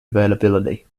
availability